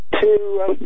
two